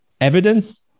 evidence